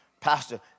Pastor